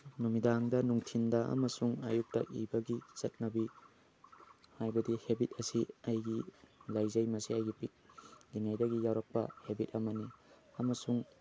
ꯅꯨꯃꯤꯗꯥꯡꯗ ꯅꯨꯡꯊꯤꯜꯗ ꯑꯃꯁꯨꯡ ꯑꯌꯨꯛꯇ ꯏꯕꯒꯤ ꯆꯠꯅꯕꯤ ꯍꯥꯏꯕꯗꯤ ꯍꯤꯕꯤꯠ ꯑꯁꯦ ꯑꯩꯒꯤ ꯂꯩꯖꯩ ꯑꯩꯒꯤ ꯄꯤꯛꯏꯉꯩꯗꯩ ꯌꯥꯎꯔꯛꯄ ꯍꯦꯕꯤꯠ ꯑꯃꯅꯤ ꯑꯃꯁꯨꯡ